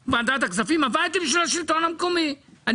את מעמדו של השלטון המקומי מול האוצר.